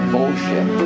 Bullshit